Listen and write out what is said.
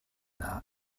dda